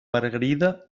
margarida